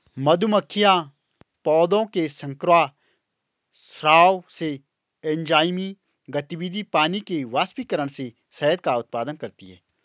मधुमक्खियां पौधों के शर्करा स्राव से, एंजाइमी गतिविधि, पानी के वाष्पीकरण से शहद का उत्पादन करती हैं